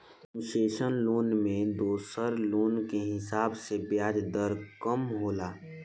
concessional loan में दोसर loan के हिसाब से ब्याज दर कम होला